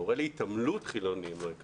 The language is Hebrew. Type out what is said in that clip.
מורה להתעמלות חילוני הם לא יקבלו.